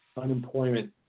unemployment